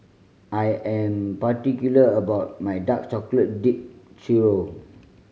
I am particular about my dark chocolate dip churro